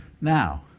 Now